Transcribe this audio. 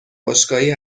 باشگاهی